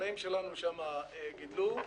שהחקלאים גדלו שם.